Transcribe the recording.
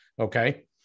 Okay